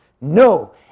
No